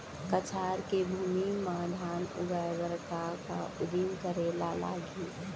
कछार के भूमि मा धान उगाए बर का का उदिम करे ला लागही?